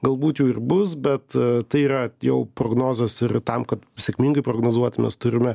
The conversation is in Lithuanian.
galbūt jų ir bus bet tai yra jau prognozės tam kad sėkmingai prognozuoti mes turime